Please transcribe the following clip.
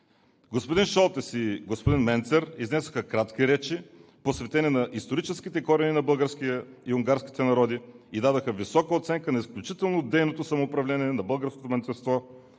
Господин Шолтес и господин Менцер изнесоха кратки речи, посветени на историческите корени на българския и унгарския народ, и дадоха висока оценка на изключително дейното самоуправление на българското малцинство,